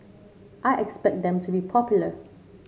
I expect them to be popular